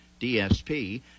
DSP